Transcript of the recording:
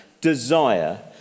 desire